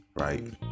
right